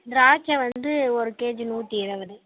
திராட்சை வந்து ஒரு கேஜி நூற்றி இருபது